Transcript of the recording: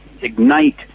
ignite